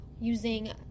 using